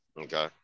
Okay